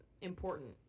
important